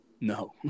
No